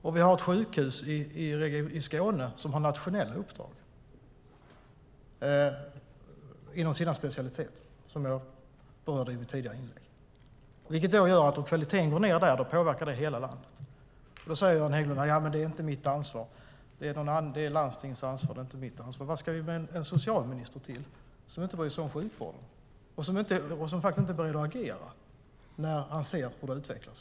Det finns ett sjukhus i Skåne med ett nationellt uppdrag inom sina specialiteter, som jag berörde i mitt tidigare inlägg. Om kvaliteten går ned där påverkar det hela landet. Då säger Göran Hägglund att det inte är hans ansvar. Det är landstingens ansvar. Vad ska vi med en socialminister till som inte bryr sig om sjukvården och som inte reagerar när han ser utvecklingen?